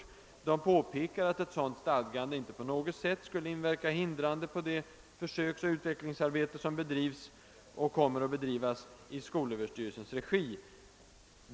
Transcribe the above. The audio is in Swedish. Och i fortsättningen av motionen heter det: »Ett sådant stadgande skulle inte på något sätt inverka hindrande på det försöksoch utvecklingsarbete som bedrivs och kommer att bedrivas i SISK:s och SöÖ:s regi.